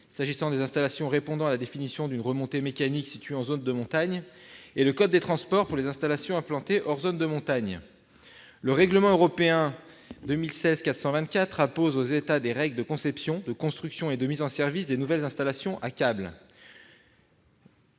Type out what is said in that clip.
s'agissant des installations répondant à la définition d'une remontée mécanique située en zone de montagne, et le code des transports, pour les installations implantées hors zone de montagne. Le règlement européen 2016/424 impose aux États des règles de conception, de construction et de mise en service des nouvelles installations à câbles.